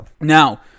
Now